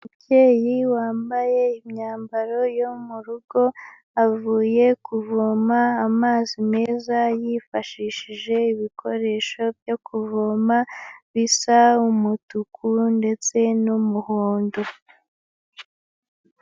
Umubyeyi wambaye imyambaro yo mu rugo, avuye kuvoma amazi meza yifashishije ibikoresho byo kuvoma, bisa umutuku ndetse n'umuhondo.